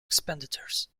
expenditures